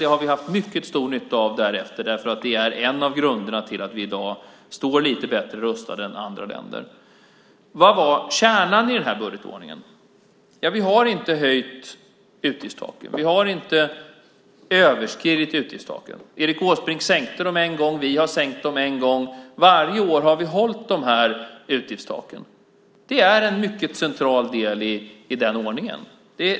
Det har vi haft mycket stor nytta av därefter, för det är en av grunderna till att vi i dag står lite bättre rustade än andra länder. Vad var kärnan i den här budgetordningen? Vi har inte höjt utgiftstaken. Vi har inte överstigit utgiftstaken. Erik Åsbrink sänkte dem en gång. Vi har sänkt dem en gång. Varje år har vi hållit utgiftstaken. Det är en mycket central del i den ordningen.